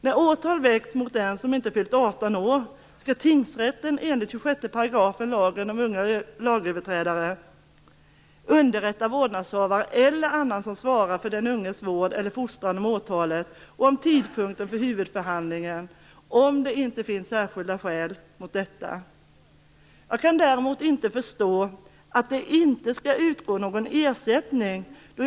När åtal väcks mot den som inte fyllt 18 år skall tingsrätten enligt 26 § lagen om unga lagöverträdare underrätta vårdnadshavare eller annan som svarar för den unges vård eller fostran om åtalet och om tidpunkten för huvudförhandlingen, om det inte finns särskilda skäl mot detta. Jag kan däremot inte förstå att det inte skall utgå någon ersättning.